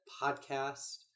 podcast